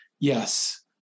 yes